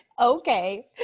Okay